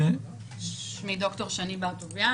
בטוח שזה לא יניח את דעתו של היושב-ראש.